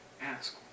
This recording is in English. ask